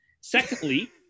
Secondly